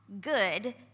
good